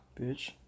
Bitch